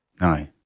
No